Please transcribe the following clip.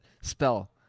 Spell